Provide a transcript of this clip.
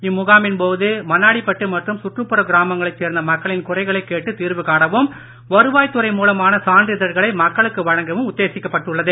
இம்முகாமின் போது மண்ணாடிப்பட்டு மற்றும் சுற்றுப்புற கிராமங்களை சேர்ந்த மக்களின் குறைகளை கேட்டு தீர்வு காணவும் வருவாய் துறை மூலமான சான்றிதழ்களை மக்களுக்கு வழங்கவும் உத்தேசிக்கப்பட்டுள்ளது